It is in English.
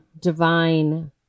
divine